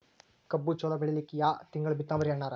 ಕಬ್ಬು ಚಲೋ ಬೆಳಿಲಿಕ್ಕಿ ಯಾ ತಿಂಗಳ ಬಿತ್ತಮ್ರೀ ಅಣ್ಣಾರ?